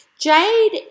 Jade